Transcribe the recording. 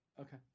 Okay